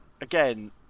again